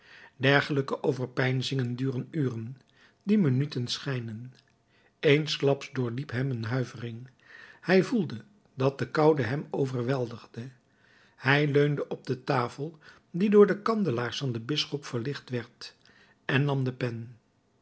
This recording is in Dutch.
dergelijke overpeinzingen duren uren die minuten schijnen eensklaps doorliep hem een huivering hij voelde dat de koude hem overweldigde hij leunde op de tafel die door de kandelaars van den bisschop verlicht werd en nam de pen